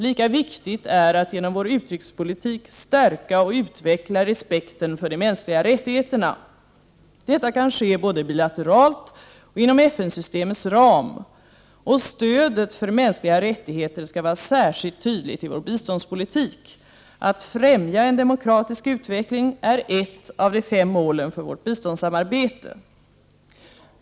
Lika viktigt är att genom vår utrikespolitik stärka och utveckla respekten för de mänskliga rättigheterna. Detta kan ske både bilateralt och inom FN-systemets ram. Stödet för mänskliga rättigheter skall vara särskilt tydligt i vår biståndspolitik. Att främja en demokratisk utveckling är ett av de fem målen för vårt biståndssamarbete.